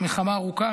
מלחמה ארוכה,